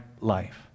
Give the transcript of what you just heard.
life